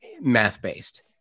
math-based